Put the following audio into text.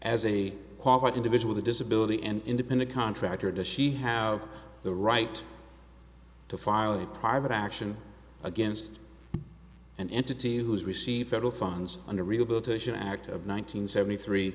as a qualified individual the disability and independent contractor does she have the right to file a private action against an entity whose receive federal funds under rehabilitation act of one nine hundred seventy three